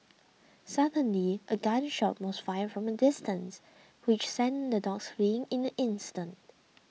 suddenly a gun shot was fired from a distance which sent the dogs fleeing in an instant